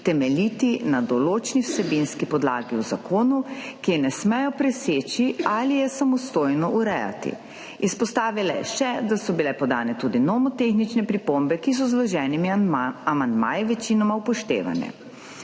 temeljiti na določni vsebinski podlagi v zakonu, ki je ne smejo preseči ali je samostojno urejati. Izpostavila je še, da so bile podane tudi nomotehnične pripombe, ki so z vloženimi amandmaji večinoma upoštevane.